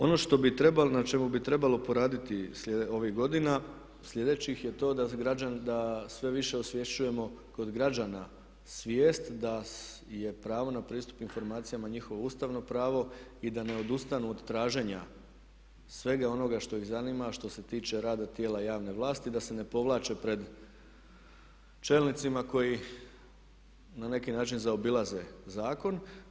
Ono na čemu bi trebalo poraditi ovih godina sljedećih je to da sve više osvješćujemo kod građana svijest da je pravo na pristup informacijama njihovo ustavno pravo i da ne odustanu od traženja svega onoga što ih zanima a što se tiče rada tijela javne vlasti da se ne povlače pred čelnicima koji na neki način zaobilaze zakon.